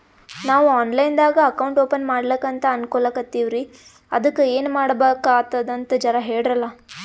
ನಾವು online ದಾಗ account open ಮಾಡ್ಲಕಂತ ಅನ್ಕೋಲತ್ತೀವ್ರಿ ಅದಕ್ಕ ಏನ ಮಾಡಬಕಾತದಂತ ಜರ ಹೇಳ್ರಲ?